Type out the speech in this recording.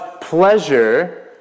pleasure